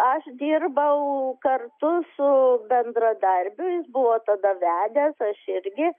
aš dirbau kartu su bendradarbiu jis buvo tada vedęs aš irgi